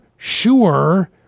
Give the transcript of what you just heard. Sure